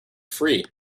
free